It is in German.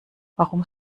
warum